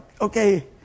okay